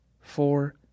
four